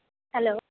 hello